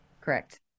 Correct